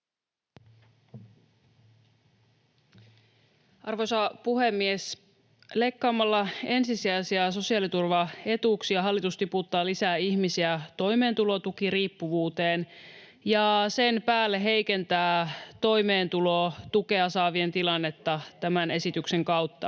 Arvoisa puhemies! Leikkaamalla ensisijaisia sosiaaliturvaetuuksia hallitus tiputtaa lisää ihmisiä toimeentulotukiriippuvuuteen ja sen päälle heikentää toimeentulotukea saavien tilannetta tämän esityksen kautta.